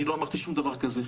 אני לא אמרתי שום דבר כזה,